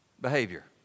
behavior